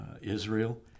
Israel